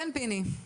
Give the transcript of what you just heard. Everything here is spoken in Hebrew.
כן פיני.